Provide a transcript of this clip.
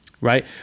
right